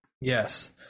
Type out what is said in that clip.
Yes